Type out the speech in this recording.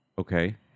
Okay